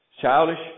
childish